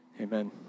Amen